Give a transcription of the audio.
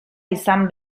izan